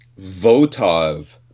Votov